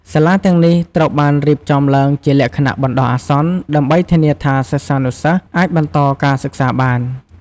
សាលាទាំងនេះត្រូវបានរៀបចំឡើងជាលក្ខណៈបណ្តោះអាសន្ន ដើម្បីធានាថាសិស្សានុសិស្សអាចបន្តការសិក្សាបាន។